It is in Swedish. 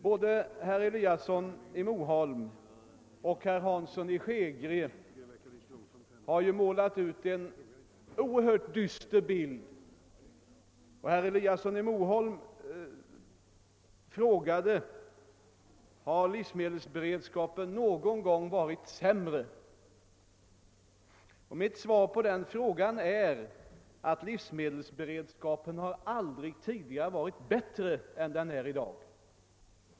Både herr Eliasson i Moholm och herr Hansson i Skegrie har ju målat en oerhört dyster bild av vår livsmedelsberedskap. Herr Eliasson frågade om beredskapen någon gång varit sämre, och mitt svar på den frågan är att den aldrig varit bättre än i dag.